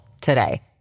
today